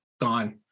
gone